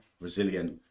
resilient